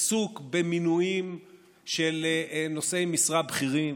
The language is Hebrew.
עיסוק במינויים של נושאי משרה בכירים,